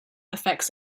affects